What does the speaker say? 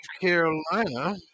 Carolina